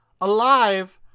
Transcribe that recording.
alive